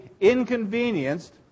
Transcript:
inconvenienced